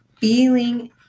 feeling